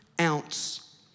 ounce